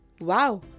Wow